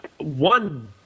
one